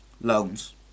loans